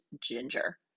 Ginger